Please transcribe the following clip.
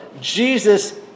Jesus